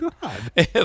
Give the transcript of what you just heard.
God